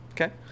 Okay